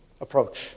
approach